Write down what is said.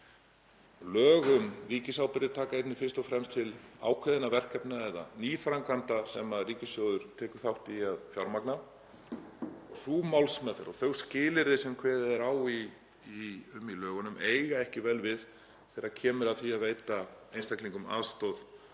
Lög um ríkisábyrgðir taka einnig fyrst og fremst til ákveðinna verkefna eða nýframkvæmda sem ríkissjóður tekur þátt í að fjármagna. Sú málsmeðferð og þau skilyrði sem kveðið er á um í lögunum eiga ekki vel við þegar kemur að því að veita einstaklingum aðstoð